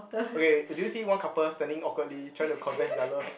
ok do you see one couple standing awkwardly try to confess their love